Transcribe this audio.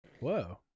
Whoa